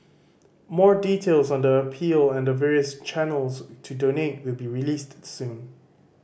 more details on the appeal and the various channels to donate will be released soon